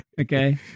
Okay